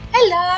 Hello